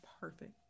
Perfect